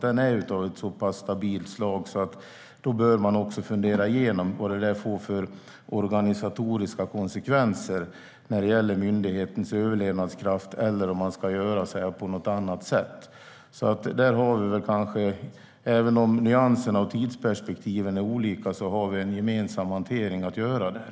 Den är av så pass stabilt slag att man bör fundera igenom vad det får för organisatoriska konsekvenser när det gäller myndighetens överlevnadskraft eller om man ska göra på något annat sätt. Även om nyanserna och tidsperspektiven är olika har vi en gemensam hantering att göra där.